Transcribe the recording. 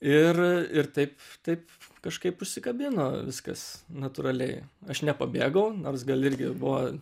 ir ir taip taip kažkaip užsikabino viskas natūraliai aš nepabėgau nors gal irgi buvo